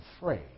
afraid